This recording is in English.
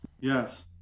Yes